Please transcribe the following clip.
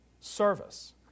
service